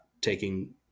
taking